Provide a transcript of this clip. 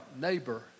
neighbor